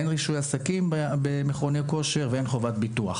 אין רישוי עסקים במכוני כושר ואין חובת ביטוח.